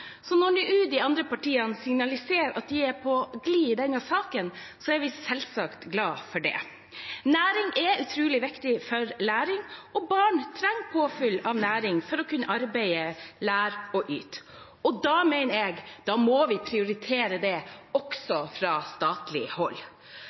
Når de andre partiene nå signaliserer at de er på glid i denne saken, er vi selvsagt glad for det. Næring er utrolig viktig for læring. Barn trenger påfyll av næring for å kunne arbeide, lære og yte. Da mener jeg vi må prioritere det også